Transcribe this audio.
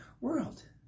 world